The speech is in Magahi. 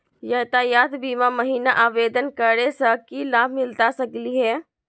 यातायात बीमा महिना आवेदन करै स की लाभ मिलता सकली हे?